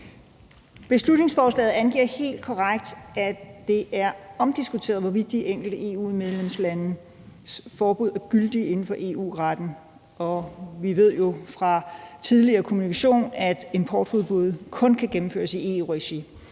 Beslutningsforslaget angiver helt korrekt, at det er omdiskuteret, hvorvidt de enkelte EU-medlemslandes forbud er gyldige inden for EU-retten, og vi ved jo fra tidligere kommunikation, at et importforbud kun kan gennemføres i EU-regi.